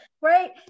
Right